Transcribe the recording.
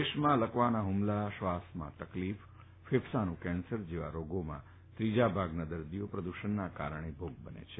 દેશમાં લકવાનો હુમલો શ્વાસ લેવામાં તકલીફ ફેફસાંનું કેન્સર જેવા રોગોમાં ત્રીજા ભાગના દર્દીઓ પ્રદૂષણના કારણે ભોગ બને છે